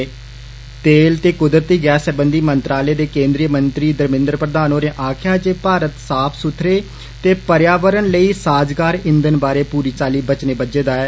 तेल ते कुदरती गैस सरबंधी मंत्रालय दे केंद्रीय मंत्री धमेन्द्र प्रधान होरें आक्खेआ जे भारत साफ सुथर्र ते पर्यावरण लेई साज़गार ईंघन बारै पूरी चाली बचने बज्झे दा ऐ